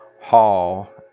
Hall